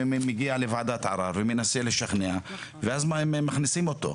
מגיע לוועדת ערר ומנסה לשכנע ואז מכניסים אותו.